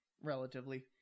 relatively